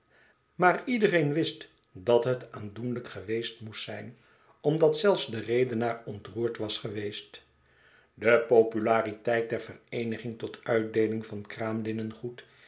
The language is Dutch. maar iedereen wist dat het aandoenlyk geweest moest zijn omdat zelfs de redenaar ontroerd was geweest de populariteit der vereeniging tot uitdeeling van